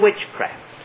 witchcraft